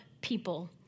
people